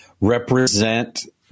represent